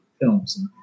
films